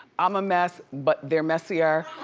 i'm a mess but they're messier.